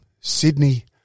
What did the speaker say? Sydney